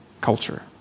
culture